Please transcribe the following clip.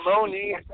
money